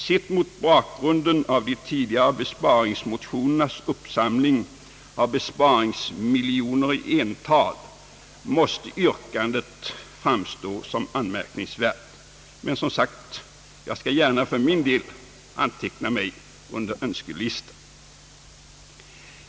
Sett mot bakgrunden av de tidi gare besparingsmotionernas uppsamling av besparingsmiljoner i ental måste yrkandet framstå som anmärkningsvärt. Men, som sagt, jag skall för min del gärna anteckna mig på önskelistan.